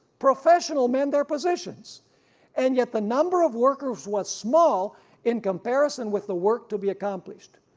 professional men their position and yet the number of workers was small in comparison with the work to be accomplished.